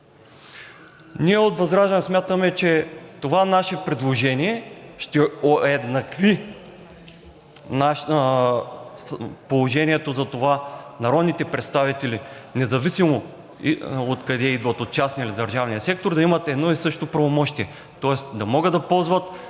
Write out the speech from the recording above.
Ние от ВЪЗРАЖДАНЕ смятаме, че това наше предложение ще уеднакви положението за това народните представители, независимо откъде идват - от частния или държавния сектор, да имат едно и също правомощие,